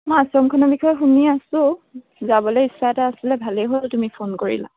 মই আশ্ৰমখনৰ বিষয়ে শুনি আছোঁ যাবলৈ ইচ্ছা এটা আছিলে ভালেই হ'ল তুমি ফোন কৰিলা